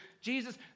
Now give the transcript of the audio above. Jesus